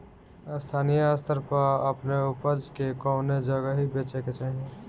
स्थानीय स्तर पर अपने ऊपज के कवने जगही बेचे के चाही?